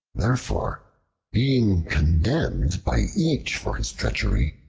therefore being condemned by each for his treachery,